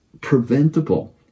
preventable